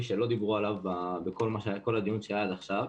שלא דיברו עליו בדיון שהיה עד עכשיו.